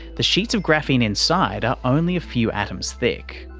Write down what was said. the sheets of graphene inside are only a few atoms thick.